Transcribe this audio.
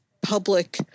public